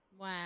Wow